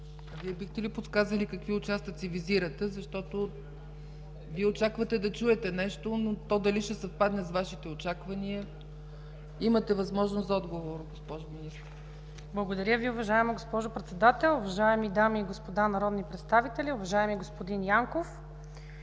Бихте ли подсказали какви участъци визирате, защото очаквате да чуете нещо, но дали то ще съвпадне с Вашите очаквания? Имате възможност за отговор, госпожо Министър. МИНИСТЪР ЛИЛЯНА ПАВЛОВА: Благодаря Ви, уважаема госпожо Председател. Уважаеми дами и господа народни представители, уважаеми господин Янков!